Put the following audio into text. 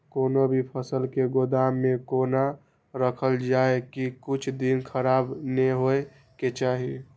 कोनो भी फसल के गोदाम में कोना राखल जाय की कुछ दिन खराब ने होय के चाही?